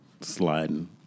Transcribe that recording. sliding